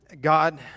God